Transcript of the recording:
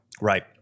Right